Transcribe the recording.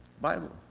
Bible